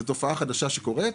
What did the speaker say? זו תופעה חדשה שמתרחשת,